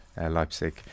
Leipzig